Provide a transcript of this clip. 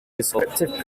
descriptive